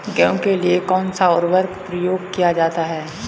गेहूँ के लिए कौनसा उर्वरक प्रयोग किया जाता है?